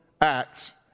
acts